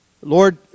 Lord